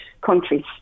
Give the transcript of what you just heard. countries